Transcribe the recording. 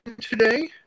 today